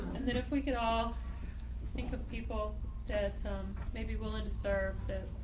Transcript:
and then if we can all think of people that may be willing to serve the